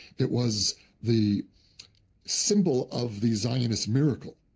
it was the symbol of the zionist miracle.